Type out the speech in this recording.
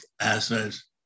assets